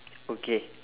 okay